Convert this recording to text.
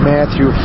Matthew